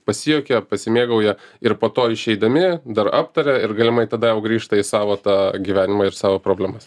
pasijuokia pasimėgauja ir po to išeidami dar aptaria ir galimai tada jau grįžta į savo tą gyvenimą ir savo problemas